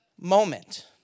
moment